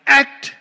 act